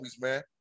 man